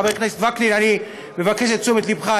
חבר הכנסת וקנין, אני מבקש את תשומת לבך.